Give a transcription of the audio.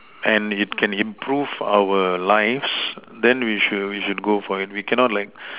and it can improve our lives then we should we should go for it we cannot like